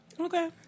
Okay